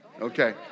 Okay